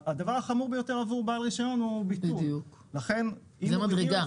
הדבר החמור ביותר בעבור בעל רישיון הוא ביטול ולכן אם מורידים את